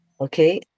okay